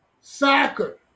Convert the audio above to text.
Soccer